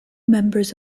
members